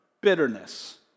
bitterness